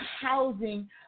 housing